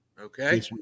Okay